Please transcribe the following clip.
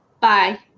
bye